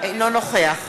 אינו נוכח